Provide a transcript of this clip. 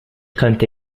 könnte